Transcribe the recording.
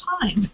time